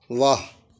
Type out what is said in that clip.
वाह